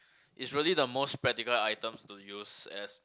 it's really the most practical items to use as